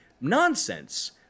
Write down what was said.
nonsense